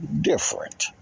different